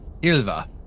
Ilva